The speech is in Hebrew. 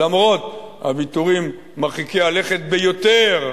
למרות הוויתורים מרחיקי הלכת ביותר,